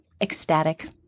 ecstatic